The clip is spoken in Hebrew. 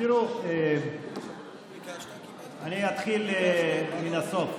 אני אתחיל מן הסוף.